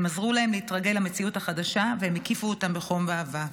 הם עזרו להם להתרגל למציאות החדשה והקיפו אותם בחום ואהבה.